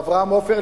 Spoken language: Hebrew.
או אברהם עופר,